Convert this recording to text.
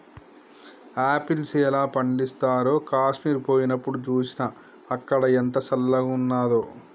apples ఎలా పండిస్తారో కాశ్మీర్ పోయినప్డు చూస్నా, అక్కడ ఎంత చల్లంగున్నాదో